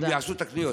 הם יעשו את הקניות.